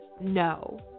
no